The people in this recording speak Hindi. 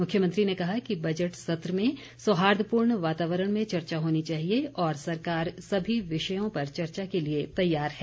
मुख्यमंत्री ने कहा कि बजट सत्र में सौहार्दपूर्ण वातावरण में चर्चा होनी चाहिए और सरकार सभी विषयों पर चर्चा के लिए तैयार है